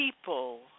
people